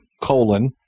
colon